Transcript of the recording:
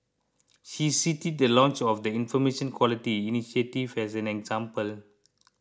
she cited the launch of the Information Quality initiative as an example